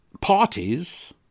parties